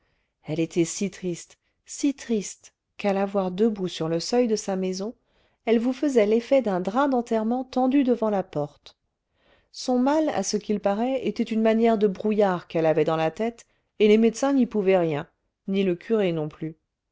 elle était si triste si triste qu'à la voir debout sur le seuil de sa maison elle vous faisait l'effet d'un drap d'enterrement tendu devant la porte son mal à ce qu'il paraît était une manière de brouillard qu'elle avait dans la tête et les médecins n'y pouvaient rien ni le curé non plus